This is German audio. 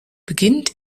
beginnt